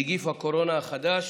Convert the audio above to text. (נגיף הקורונה החדש,